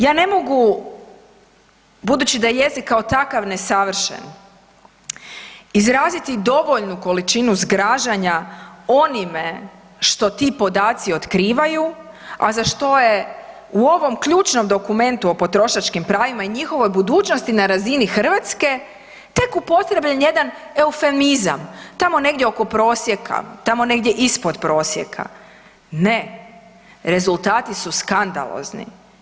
Ja ne mogu, budući da je jezik kao takav nesavršen, izraziti dovoljnu količinu zgražanja onime što ti podaci otkrivaju a za što je u ovom ključnom dokumentu o potrošačkim pravima i njihovoj budućnosti na razini Hrvatske, tek upotrebljen jedan eufemizam, tamo negdje oko prosjeka, tamo negdje ispod prosjeka, ne rezultati su skandalozni.